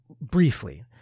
briefly